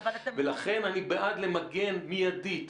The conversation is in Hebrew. אבל אתה מבין --- ולכן אני בעד למגן מיידית.